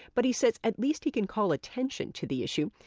but he says, at least he can call attention to the issue.